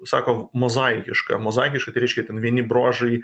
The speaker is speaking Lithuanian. sako mozaikiška mozaikiška tai reiškia ten vieni bruožai